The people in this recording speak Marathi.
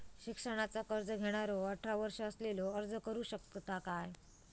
शिक्षणाचा कर्ज घेणारो अठरा वर्ष असलेलो अर्ज करू शकता काय?